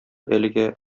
әлегә